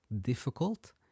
difficult